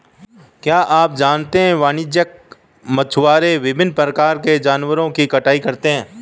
क्या आप जानते है वाणिज्यिक मछुआरे विभिन्न प्रकार के जानवरों की कटाई करते हैं?